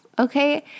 Okay